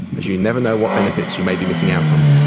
as you never know what benefits you may be missing out on.